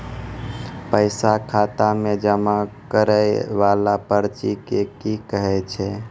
पैसा खाता मे जमा करैय वाला पर्ची के की कहेय छै?